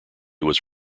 was